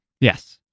Yes